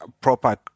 proper